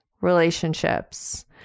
relationships